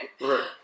right